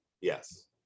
Yes